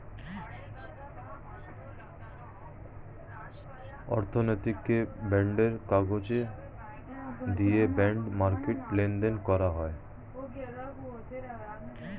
অর্থনৈতিক বন্ডের কাগজ দিয়ে বন্ড মার্কেটে লেনদেন করা হয়